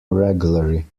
regularly